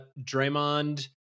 Draymond